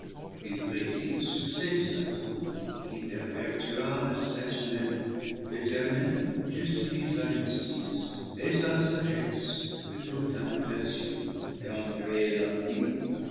il prédit le succès de satan qui pervertira l'espèce humaine l'eternel justifie sa justice et sa sagesse de toute imputation ayant créé l'homme libre